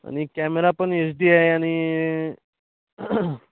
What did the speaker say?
आणि कॅमेरा पण ए चडी आहे आणि